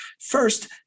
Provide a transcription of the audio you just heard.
First